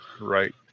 right